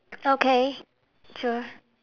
okay sure